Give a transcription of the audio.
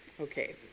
Okay